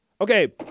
Okay